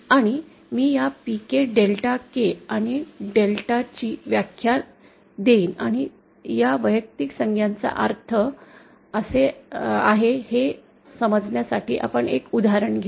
आता मी या Pk डेल्टा k आणि डेल्टा ची व्याख्या देईन आणि या वैयक्तिक संज्ञाचा अर्थ काय आहे हे समजण्यासाठी आपण एक उदाहरण घेऊ